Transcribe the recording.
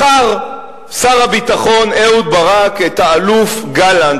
בחר שר הביטחון אהוד ברק את האלוף גלנט.